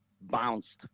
bounced